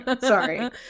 Sorry